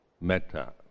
meta